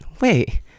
wait